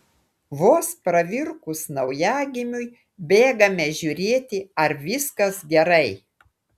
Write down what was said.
vos pravirkus naujagimiui bėgame žiūrėti ar viskas gerai